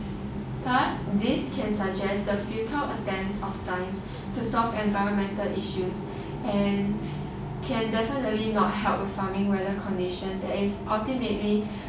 thus this can suggest the futile attempt of science to solve environmental issues and can definitely not help with farming weather conditions that is ultimately